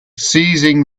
seizing